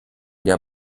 der